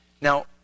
Now